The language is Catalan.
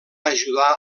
ajudar